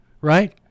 right